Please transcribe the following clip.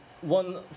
one